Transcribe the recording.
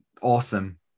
awesome